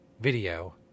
video